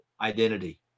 identity